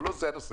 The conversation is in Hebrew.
אבל לא זה הנושא.